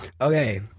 Okay